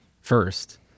first